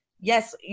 Yes